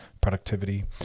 productivity